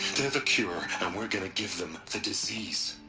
they're the cure, and we're gonna give them. the disease.